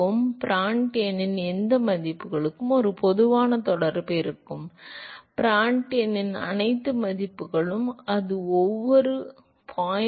எனவே பிராண்ட் எண்ணின் எந்த மதிப்புகளுக்கும் ஒரு பொதுவான தொடர்பு இருக்கும் பிராண்ட் எண்ணின் அனைத்து மதிப்புகளும் அது ஒவ்வொரு 0